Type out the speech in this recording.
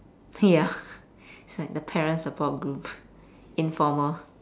ya it's like the parents support group informal